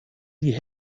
die